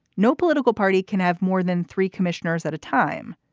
no political party can have more than three commissioners at a time.